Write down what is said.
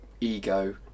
ego